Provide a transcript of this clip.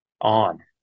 on